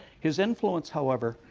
his influence, however,